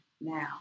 now